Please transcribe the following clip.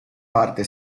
parte